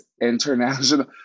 international